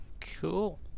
Cool